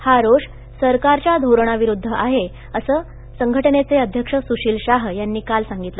हा रोष सरकार या धोरणावि द आहे असं संघटनेचे अ य सुशिल शाह यांनी काल सांगितलं